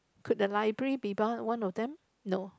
could the library be one of them no